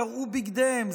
קרעו בגדיהם,